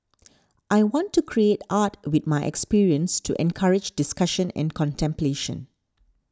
I want to create art with my experience to encourage discussion and contemplation